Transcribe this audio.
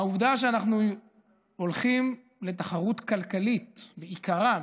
העובדה שאנחנו הולכים לתחרות כלכלית בעיקרה,